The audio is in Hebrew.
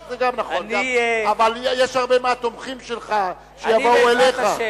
יש הרבה מהתומכים שלך שיבואו אליך.